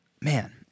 man